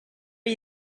are